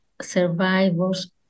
survivors